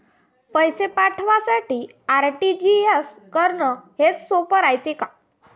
पैसे पाठवासाठी आर.टी.जी.एस करन हेच सोप रायते का?